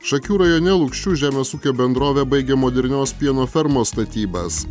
šakių rajone lukšių žemės ūkio bendrovė baigia modernios pieno fermos statybas